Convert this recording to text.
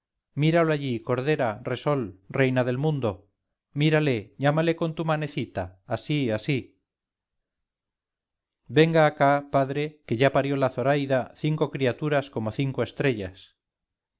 míralo allí cordera resol reina del mundo mírale llámale con tu manecita así así venga acá padre que ya parió la zoraida cinco criaturas como cinco estrellas